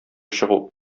чыгу